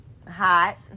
Hot